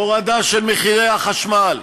הורדה של מחירי החשמל,